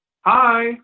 Hi